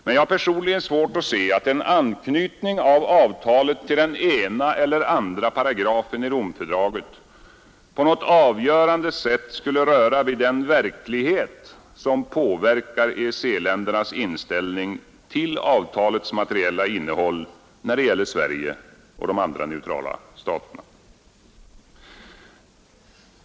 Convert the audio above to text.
Men jag har personligen svårt att se att en anknytning av avtalet till den ena eller den andra paragrafen i Romfördraget på något avgörande sätt skulle röra vid den verklighet som påverkar EEC-ländernas inställning till avtalets materiella innehåll när det gäller Sverige och de andra neutrala staterna.